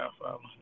Godfather